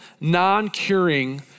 non-curing